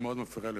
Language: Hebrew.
זה מאוד מפריע לי,